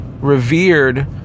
revered